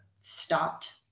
stopped